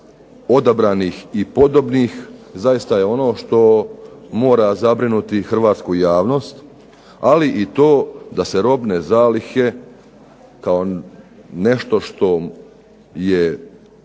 odabranih i podobnih zaista je ono što mora zabrinuti hrvatsku javnost, ali i to da se robne zalihe kao nešto što je